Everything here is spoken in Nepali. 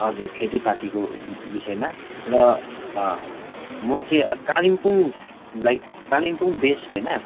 हजुर खेतीपातीको विषयमा र म चाहिँ कालिम्पोङ लाइक कालिम्पोङ बेस्ड होइन